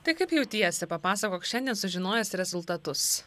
tai kaip jautiesi papasakok šiandien sužinojęs rezultatus